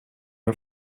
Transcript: are